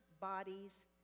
bodies